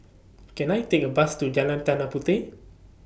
Can I Take A Bus to Jalan Tanah Puteh